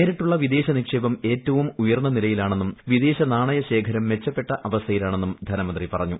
നേരിട്ടുള്ള വിദേശ നിക്ഷേപം ഏറ്റവും ഉയർന്ന നിലയിലാണെന്നും വിദേശ നാണയ ശേഖരം മെച്ചപ്പെട്ട അവസ്ഥയിലാണെന്നും ധനമന്ത്രി പറഞ്ഞു